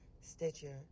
Stitcher